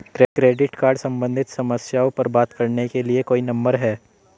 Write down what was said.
Credit card सम्बंधित समस्याओं पर बात करने के लिए कोई नंबर है?